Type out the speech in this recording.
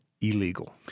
illegal